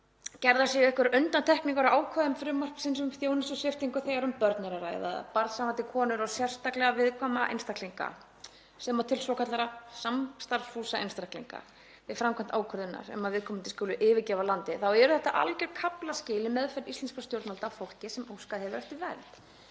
gerðar séu einhverjar undantekningar á ákvæðum frumvarpsins um þjónustusviptingu þegar um börn er að ræða, barnshafandi konur, sérstaklega viðkvæma einstaklinga, sem og samstarfsfúsa einstaklinga við framkvæmd ákvörðunar um að viðkomandi skuli yfirgefa landið þá eru þetta alger kaflaskil í meðferð íslenskra stjórnvalda á fólki sem óskað hefur eftir vernd.